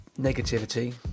negativity